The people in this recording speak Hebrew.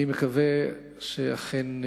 אני מקווה שאכן,